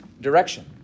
direction